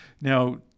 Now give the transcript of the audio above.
now